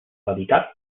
dedicat